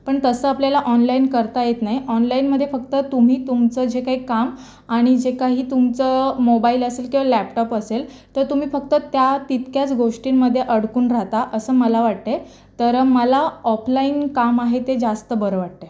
पण तसं आपल्याला ऑनलाईन करता येत नाही ऑनलाईनमध्ये फक्त तुम्ही तुमचं जे काही काम आणि जे काही तुमचं मोबाईल असेल किंवा लॅपटॉप असेल तर तुम्ही फक्त त्या तितक्याच गोष्टींमध्ये अडकून राहता असं मला वाटते तर मला ऑपलाइन काम आहे ते जास्त बरं वाटतं आहे